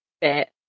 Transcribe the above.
bit